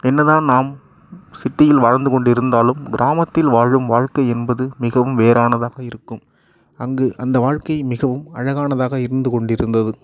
என்னதான் நாம் சிட்டியில் வாழ்ந்து கொண்டு இருந்தாலும் கிராமத்தில் வாழும் வாழ்க்கை என்பது மிகவும் வேறானதாக இருக்கும் அங்கு அந்த வாழ்க்கை மிகவும் அழகானதாக இருந்து கொண்டிருந்தது